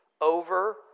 over